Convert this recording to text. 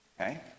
Okay